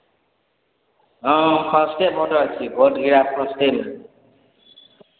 हँ फस्टे भोटर छियै भोट गिरायब फस्टे बेर